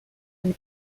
and